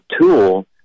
tool